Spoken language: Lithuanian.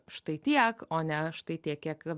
štai tiek o ne štai tiek kiek